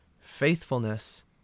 Faithfulness